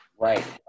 Right